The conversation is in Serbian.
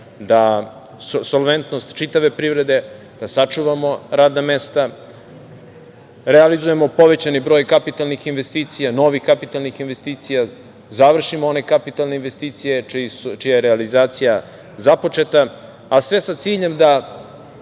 solventnost čitave privrede, da sačuvamo radna mesta, realizujemo povećani broj kapitalnih investicija, novih kapitalnih investicija, završimo one kapitalne investicije čija je realizacija započeta, a sve sa ciljem da